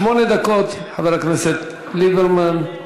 שמונה דקות, חבר הכנסת ליברמן.